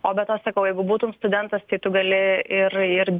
o be to sakau jeigu būtum studentas tai tu gali ir ir